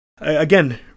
again